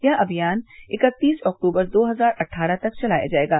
यह अभियान इक्कतीस अक्टूबर दो हजार अट्ठारह तक चलाया जायेगा